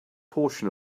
portion